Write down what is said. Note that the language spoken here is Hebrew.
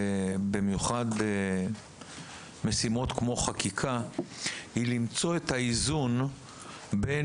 החוכמה שלנו במיוחד במשימות כמו חקיקה היא למצוא את האיזון בין